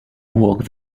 walk